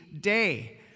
day